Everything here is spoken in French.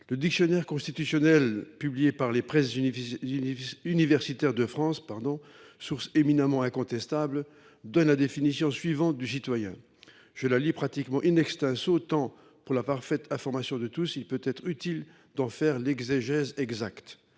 la ministre. Le publié par les Presses universitaires de France, source éminemment incontestable, donne une définition du citoyen. Je la lis pratiquement tant, pour la parfaite information de tous, il peut être utile d’en faire l’exégèse exacte.